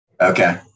Okay